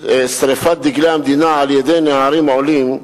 "שרפת דגלי המדינה על-ידי נערים עולים"